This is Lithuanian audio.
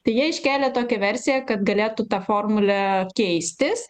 tai jie iškėlė tokią versiją kad galėtų ta formulė keistis